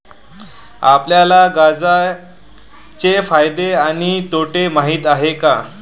आपल्याला गांजा चे फायदे आणि तोटे माहित आहेत का?